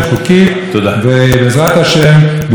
בזכות התורה ובזכות כל האנשים הטובים